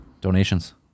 Donations